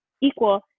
equal